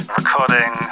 recording